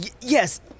yes